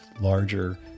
larger